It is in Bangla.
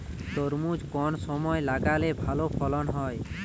তরমুজ কোন সময় লাগালে ভালো ফলন হয়?